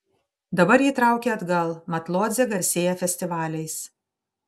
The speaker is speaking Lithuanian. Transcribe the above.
dabar jį traukia atgal mat lodzė garsėja festivaliais